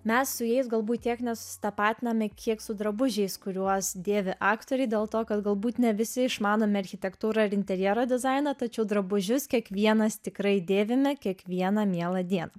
mes su jais galbūt tiek nesusitapatiname kiek su drabužiais kuriuos dėvi aktoriai dėl to kad galbūt ne visi išmanome architektūrą ir interjero dizainą tačiau drabužius kiekvienas tikrai dėvime kiekvieną mielą dieną